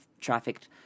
trafficked